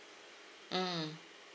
mm